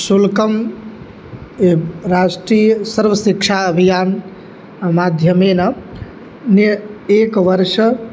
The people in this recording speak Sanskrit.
शुल्कं राष्ट्रीय सर्वशिक्षा अभियानमाध्यमेन एकवर्ष